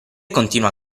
continua